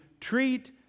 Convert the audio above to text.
treat